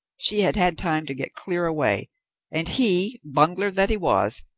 she had had time to get clear away and he, bungler that he was,